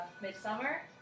Midsummer